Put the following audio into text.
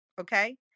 okay